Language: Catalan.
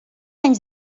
anys